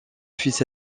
fils